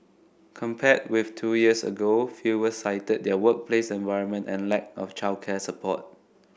compared with two years ago fewer cited their workplace environment and lack of childcare support